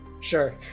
sure